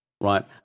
Right